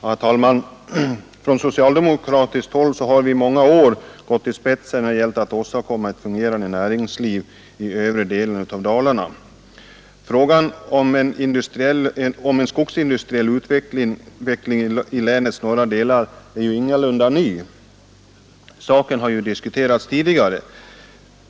Herr talman! Från socialdemokratiskt håll har vi i många år gått i spetsen när det gällt att åstadkomma ett fungerande näringsliv i övre delen av Dalarna. Frågan om en skogsindustriell utveckling i länets norra del är ingalunda ny. Saken har diskuterats tidigare.